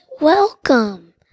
welcome